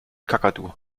kakadu